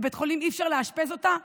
בבית חולים אי-אפשר לאשפז אותה,